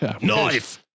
knife